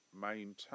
maintain